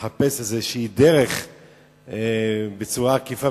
לחפש איזו דרך בצורה עקיפה,